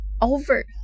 over